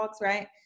right